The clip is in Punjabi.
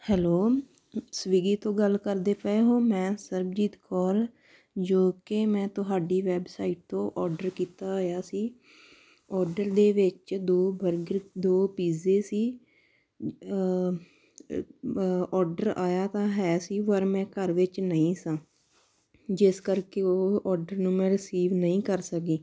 ਹੈਲੋ ਸਵੀਗੀ ਤੋਂ ਗੱਲ ਕਰਦੇ ਪਏ ਹੋ ਮੈਂ ਸਰਬਜੀਤ ਕੌਰ ਜੋ ਕਿ ਮੈਂ ਤੁਹਾਡੀ ਵੈੱਬਸਾਈਟ ਤੋਂ ਔਡਰ ਕੀਤਾ ਹੋਇਆ ਸੀ ਔਡਰ ਦੇ ਵਿੱਚ ਦੋ ਬਰਗਰ ਦੋ ਪੀਜ਼ੇ ਸੀ ਔਡਰ ਆਇਆ ਤਾਂ ਹੈ ਸੀ ਪਰ ਮੈਂ ਘਰ ਵਿੱਚ ਨਹੀਂ ਸਾਂ ਜਿਸ ਕਰਕੇ ਉਹ ਔਡਰ ਨੂੰ ਮੈਂ ਰਿਸੀਵ ਨਹੀਂ ਕਰ ਸਕੀ